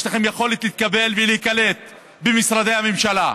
יש לכם יכולת להתקבל ולהיקלט במשרדי הממשלה.